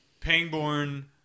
Pangborn